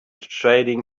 trading